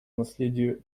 наследия